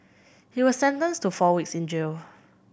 he was sentenced to four weeks in jail